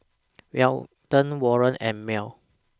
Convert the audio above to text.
Weldon Warren and Mearl